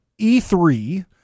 E3